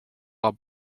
while